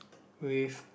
with